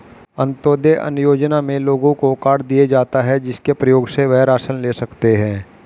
अंत्योदय अन्न योजना में लोगों को कार्ड दिए जाता है, जिसके प्रयोग से वह राशन ले सकते है